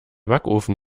backofen